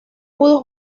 pudo